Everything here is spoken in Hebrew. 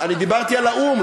אני דיברתי על האו"ם,